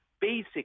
basic